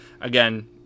Again